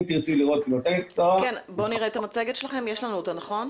אם תרצי לראות, יש לנו מצגת קצרה.